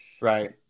right